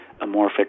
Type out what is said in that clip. amorphic